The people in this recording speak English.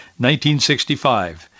1965